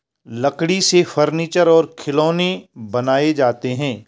लकड़ी से फर्नीचर और खिलौनें बनाये जाते हैं